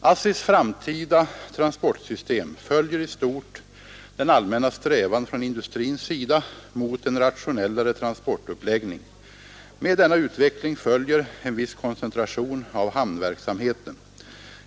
ASSI:s framtida transportsystem följer i stort den allmänna strävan från industrins sida mot en rationellare transportuppläggning. Med denna utveckling följer en viss koncentration av hamnverksamheten.